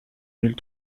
mille